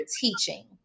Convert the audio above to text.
teaching